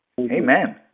Amen